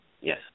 Yes